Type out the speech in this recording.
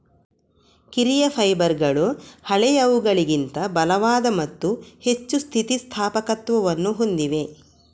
ಕಿರಿಯ ಫೈಬರ್ಗಳು ಹಳೆಯವುಗಳಿಗಿಂತ ಬಲವಾದ ಮತ್ತು ಹೆಚ್ಚು ಸ್ಥಿತಿ ಸ್ಥಾಪಕತ್ವವನ್ನು ಹೊಂದಿವೆ